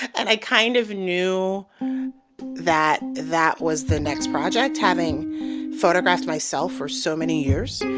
and i kind of knew that that was the next project. having photographed myself for so many years,